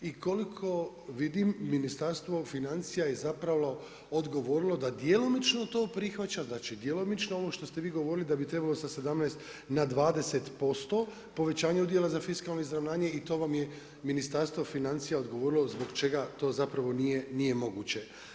I koliko vidim Ministarstvo financija je zapravo odgovorilo da djelomično to prihvaća, znači djelomično ono što ste vi govorili da bi trebalo sa 17 na 20% povećanja udjela za fiskalno izravnanje i to vam je Ministarstvo financija odgovorilo zbog čega to zapravo nije moguće.